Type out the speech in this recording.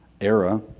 era